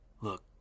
Look